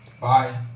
Bye